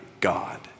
God